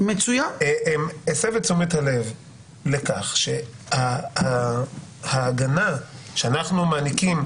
הסב את תשומת הלב לכך שההגנה שאנחנו מעניקים